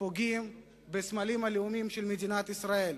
פוגעים בסמלים הלאומיים של מדינת ישראל.